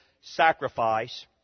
sacrifice